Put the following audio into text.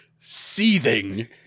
seething